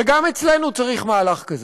וגם אצלנו צריך מהלך כזה.